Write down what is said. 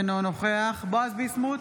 אינו נוכח בועז ביסמוט,